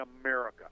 America